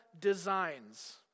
designs